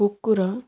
କୁକୁର